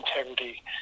integrity